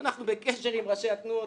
אנחנו בקשר עם ראשי התנועות,